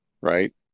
right